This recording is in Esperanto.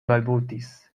balbutis